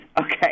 okay